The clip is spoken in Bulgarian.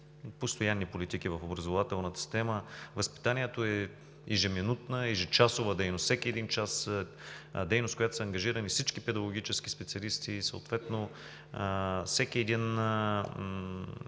постоянни политики в образователната система. Възпитанието е ежеминутна, ежечасова дейност. Всеки един час дейност, в която са ангажирани всички педагогически специалисти, съответно всеки